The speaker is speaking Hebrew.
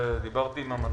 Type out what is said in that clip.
דיברתי עם המנכ"ל,